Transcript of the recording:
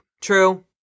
true